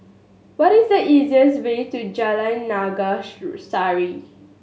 what is the easiest way to Jalan Naga Sari